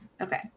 Okay